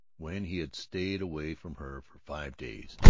when he had stayed away from her for five days,